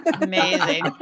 Amazing